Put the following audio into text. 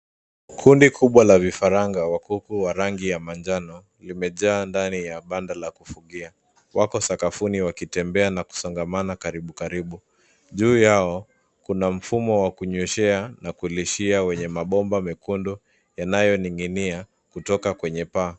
Kundi kubwa la vifaranga wa kuku wa rangi ya manjano limejaa ndani ya banda la kufugia. Wako sakafuni wakitembea na kusongamana karibu karibu. Juu yao kuna mfumo wa kunyweshea na kulishia wenye mabomba mekundu yanayoning'ing'ia kutoka kwenye paa.